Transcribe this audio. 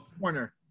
corner